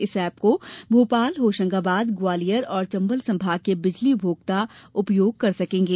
इस एप को भोपाल होशंगाबाद ग्वालियर और चंबल संभाग के बिजली उपभोक्ता उपयोग कर सकेंगे